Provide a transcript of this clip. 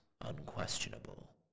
unquestionable